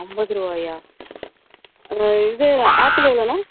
ஐம்பது ரூபாயா இது ஆப்பிள் எவ்வளோண்ணா